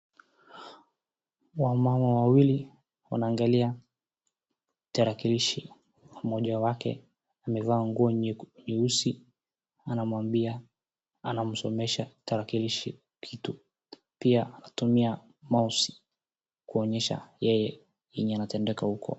Wamama wawili wanaangalia tarakilishi, mmoja wake amevaa nguo nyeusi anamsomesha tarakilishi pia kutumia mouse kuonyesha yeye yenye inatendeka huko.